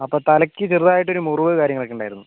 അപ്പോൾ തലയ്ക്ക് ചെറുതായിട്ടൊരു മുറിവ് കാര്യങ്ങളൊക്കെ ഉണ്ടായിരുന്നു